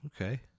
Okay